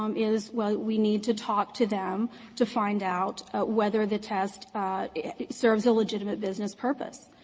um is well, we need to talk to them to find out whether the test serves a legitimate business purpose.